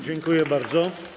Dziękuję bardzo.